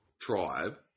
tribe